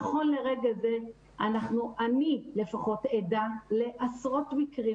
נכון לרגע הזה, אני לפחות עדה לעשרות מקרים